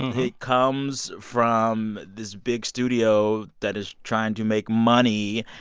it comes from this big studio that is trying to make money.